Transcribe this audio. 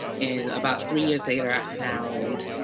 and about three years later, i found